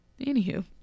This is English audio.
Anywho